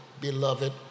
beloved